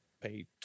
pay